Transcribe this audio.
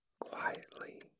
quietly